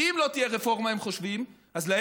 כי אם לא תהיה רפורמה,